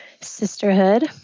sisterhood